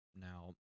Now